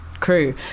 crew